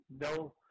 no